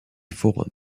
forum